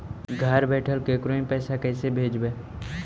घर बैठल केकरो ही पैसा कैसे भेजबइ?